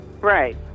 Right